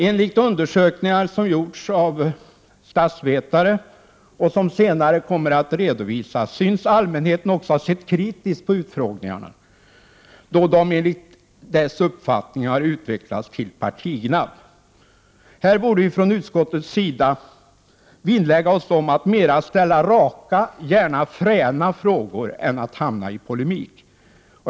Enligt undersökningar, som gjorts av statsvetare och som senare kommer att redovisas, syns allmänheten också ha sett kritiskt på utfrågningarna, då de enligt dess uppfattning utvecklats till partignabb. Här borde vi från utskottets sida vinnlägga oss om att mera ställa raka — gärna fräna — frågor än att hamna i polemik.